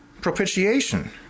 propitiation